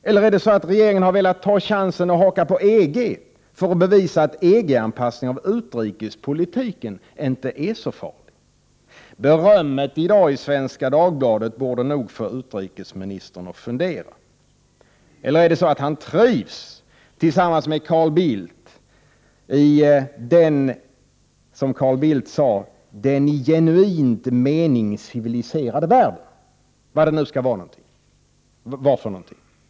Eller är det så att regeringen har velat ta chansen att haka på EG för att bevisa att EG anpassning av utrikespolitiken inte är så farlig? Berömmet i dag i Svenska Dagbladet borde få utrikesministern att fundera. Eller är det så att han trivs tillsammans med Carl Bildt i, som Carl Bildt sade, den i genuin mening civiliserade världen — vad det nu skall vara för någonting.